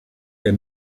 der